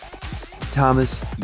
Thomas